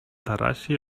tarasie